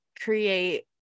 create